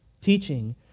teaching